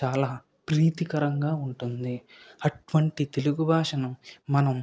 చాలా ప్రీతికరంగా ఉంటుంది అటువంటి తెలుగు భాషను మనం